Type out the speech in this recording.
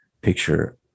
picture